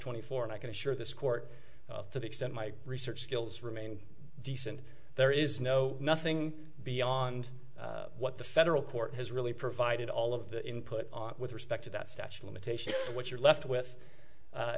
twenty four and i can assure this court to the extent my research skills remain decent there is no nothing beyond what the federal court has really provided all of the input on with respect to that statue limitation what you're left with